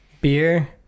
beer